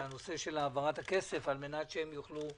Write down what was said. זה הנושא של העברת הכסף על מנת שהם יוכלו לקבל,